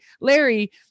Larry